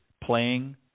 playing